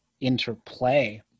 interplay